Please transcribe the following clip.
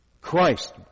Christ